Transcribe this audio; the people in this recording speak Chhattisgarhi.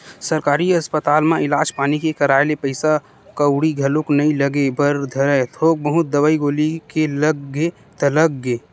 सरकारी अस्पताल म इलाज पानी के कराए ले पइसा कउड़ी घलोक नइ लगे बर धरय थोक बहुत दवई गोली के लग गे ता लग गे